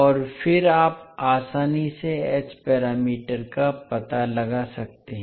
और फिर आप आसानी से एच पैरामीटर का पता लगा सकते हैं